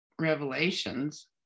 revelations